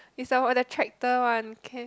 is our the tractor one okay